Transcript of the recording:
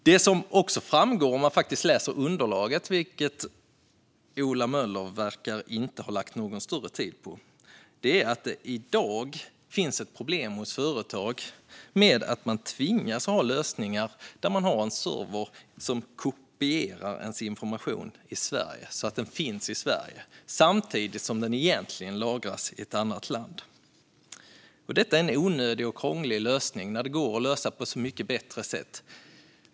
Om man läser underlaget - vilket Ola Möller inte verkar ha lagt någon större tid på - framgår det att det i dag finns problem hos företag där de tvingas ha lösningar med en server som kopierar information så att den finns i Sverige, samtidigt som den egentligen lagras i ett annat land. Detta är en onödig och krånglig lösning när problemen går att lösa på ett så mycket bättre sätt.